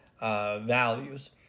Values